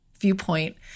viewpoint